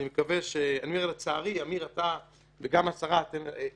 אמיר, לצערי אתה וגם השרה יותר